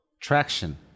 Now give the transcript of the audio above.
Traction